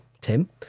Tim